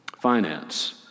finance